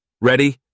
Ready